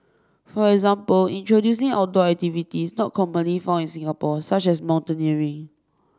for example introducing outdoor activities not commonly found in Singapore such as mountaineering